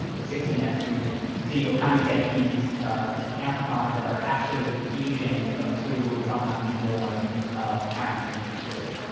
sixteen s region. so you'll kind of get these amplicons that are actually fusions of two and sometimes more parent sequences.